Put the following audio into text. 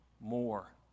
more